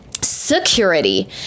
security